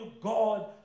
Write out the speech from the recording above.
God